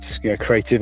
creativity